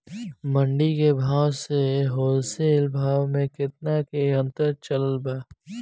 मंडी के भाव से होलसेल भाव मे केतना के अंतर चलत बा?